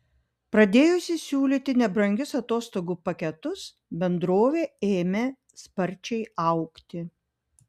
pradėjusi siūlyti nebrangius atostogų paketus bendrovė ėmė sparčiai augti